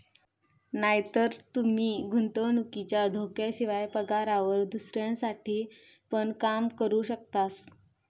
नायतर तूमी गुंतवणुकीच्या धोक्याशिवाय, पगारावर दुसऱ्यांसाठी पण काम करू शकतास